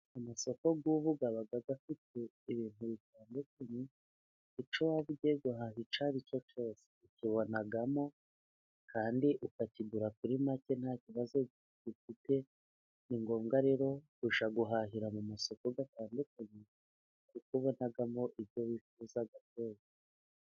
Amasoko y'ubu aba afite ibintu bitandukanye, icyo waba ugiye guhaha icyo ari cyo cyose, ukibonamo kandi ukakigura kuri make nta kibazo ufite, ni ngombwa rero kujya guhahira mu masoko atandukanye, kuko ubonamo ibyo wifuza byose.